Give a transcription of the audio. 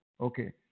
Okay